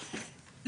האחד,